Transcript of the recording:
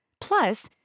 Plus